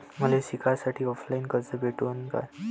मले शिकासाठी ऑफलाईन कर्ज भेटन का?